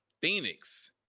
Phoenix